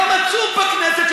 יום עצוב בכנסת,